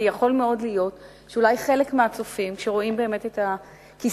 כי יכול מאוד להיות שאולי חלק מהצופים שרואים באמת את הכיסא,